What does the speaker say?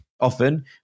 often